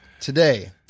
today